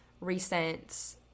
recent